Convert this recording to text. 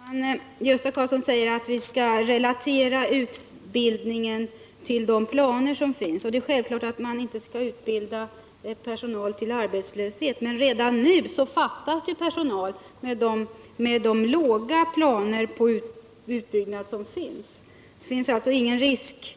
Herr talman! Gösta Karlsson säger att vi ska!l relatera utbildningen till de planer som finns. Det är självklart att man inte skall utbilda personal till arbetslöshet, men redan nu fattas personal och trots det planeras en så låg utbyggnad. Det finns ingen risk